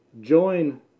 join